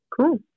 Cool